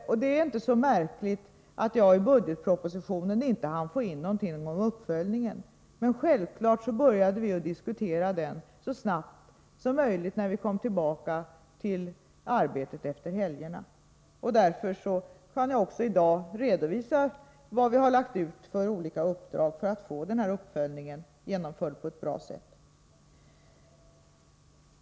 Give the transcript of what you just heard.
Det är inte så märkligt att jag i budgetpropositionen inte hann få in någonting om uppföljningen. Självfallet började vi diskutera frågan så snabbt som möjligt när vi kom tillbaka till arbetet efter julhelgerna. Därför kan jag i dag redovisa vad vi har lagt ut för olika uppdrag för att uppföljningen skall kunna genomföras på ett bra sätt.